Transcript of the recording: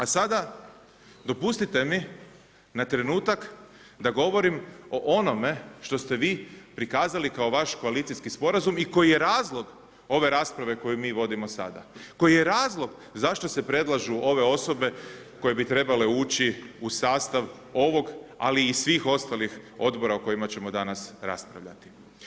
A sada dopustite mi na trenutak da govorim o onome što ste vi prikazali kao vaš koalicijski sporazum i koji je razlog ove rasprave koju mi vodimo sada, koji je razlog zašto se predlažu ove osobe koje bi trebale ući u sastav ovog ali i svih ostalih odbora o kojima ćemo danas raspravljati.